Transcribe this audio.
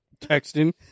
Texting